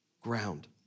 ground